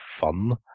fun